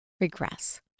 regress